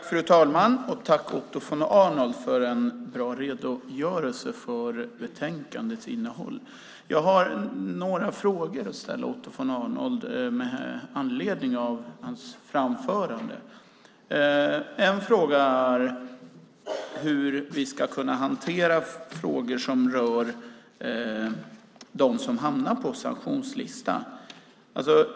Fru talman! Tack, Otto von Arnold, för en bra redogörelse av betänkandets innehåll! Jag har några frågor att ställa till Otto von Arnold med anledning av hans anförande. En fråga handlar om hur vi ska kunna hantera frågor som rör dem som hamnar på sanktionslistan.